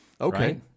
Okay